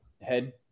head